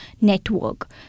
network